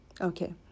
Okay